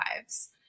lives